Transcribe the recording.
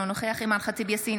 אינו נוכח אימאן ח'טיב יאסין,